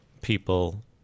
people